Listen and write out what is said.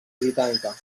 britànica